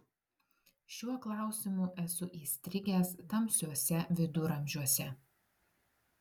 šiuo klausimu esu įstrigęs tamsiuose viduramžiuose